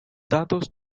datos